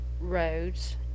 roads